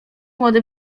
młody